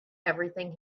everything